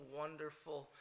wonderful